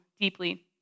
deeply